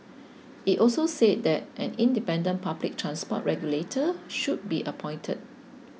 it also said that an independent public transport regulator should be appointed